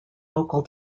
local